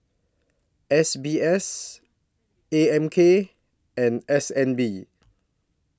S B S A M K and S N B